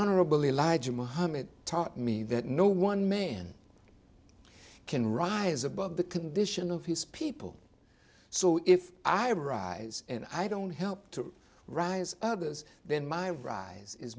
honorable elijah muhammad taught me that no one man can rise above the condition of his people so if i ever arise and i don't help to rise others then my rise is